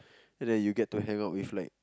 and then you get to hang out with like